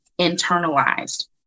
internalized